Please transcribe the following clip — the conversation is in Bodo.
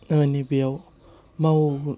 मानि बेयाव मावो